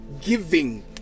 giving